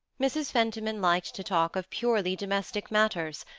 mrs. fentiman liked to talk of purely domestic matters,